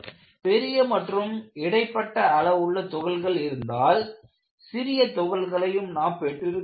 பெரிய மற்றும் இடைப்பட்ட அளவுள்ள துகள்கள் இருந்தால் சிறிய துகள்களையும் நாம் பெற்றிருக்க வேண்டும்